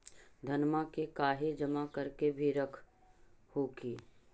धनमा के कहिं जमा कर के भी रख हू की?